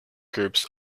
groups